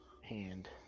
hand